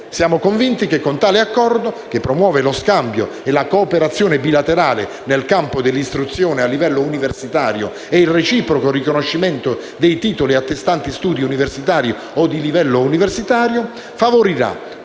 Siamo convinti che con tale Accordo, che promuove lo scambio e la cooperazione bilaterale nel campo dell'istruzione a livello universitario e il reciproco riconoscimento dei titoli attestanti studi universitari o di livello universitario, favorirà